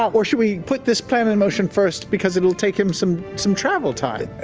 or should we put this plan in motion first because it'll take him some some travel time?